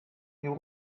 nous